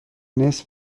نصف